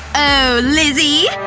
oh, lizzy!